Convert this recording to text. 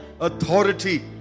authority